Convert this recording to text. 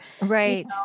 Right